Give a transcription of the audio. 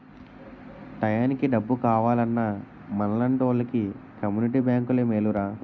టయానికి డబ్బు కావాలన్నా మనలాంటోలికి కమ్మునిటీ బేంకులే మేలురా